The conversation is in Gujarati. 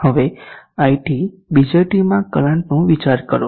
હવે iT BJT માં કરંટ નો વિચાર કરો